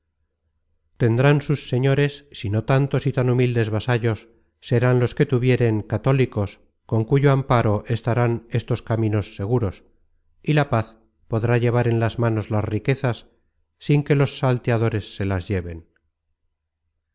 tendrán sus señores si no tantos y tan humildes vasallos serán los que tuvieren católicos con cuyo amparo estarán estos caminos seguros y la paz podrá llevar en las manos las riquezas sin que los salteadores se las lleven